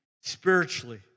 spiritually